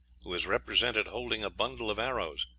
who is represented holding a bundle of arrows.